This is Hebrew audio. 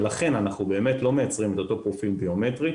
ולכן, אנחנו לא מייצרים את אותו פרופיל ביומטרי.